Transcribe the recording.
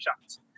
shots